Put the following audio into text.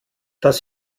das